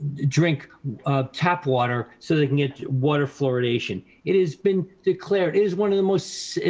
drink tap water so they can get water fluoridation. it has been declared. it is one of the most,